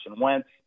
Wentz